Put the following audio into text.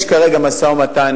יש כרגע משא-ומתן,